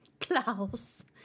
Klaus